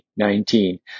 2019